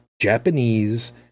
Japanese